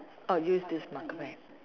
oh use this marker